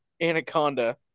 anaconda